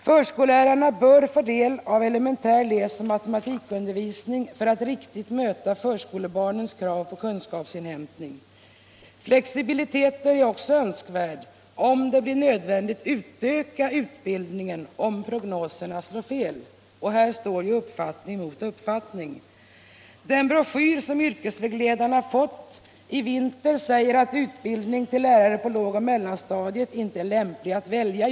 Förskollärarna bör också få del av elementär läsoch matematikundervisning för att riktigt kunna möta förskolebarnens krav på kunskapsinhämtande. Flexibilitet är också önskvärd om det blir nödvändigt att utöka utbildningen ifall prognoserna skulle slå fel. Här står uppfattning mot uppfattning. I den broschyr som yrkesvägledarna fått i vinter sägs att det just nu inte är lämpligt att välja utbildning på lågoch mellanstadiet, då balans nu råder.